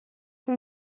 who